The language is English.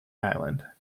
island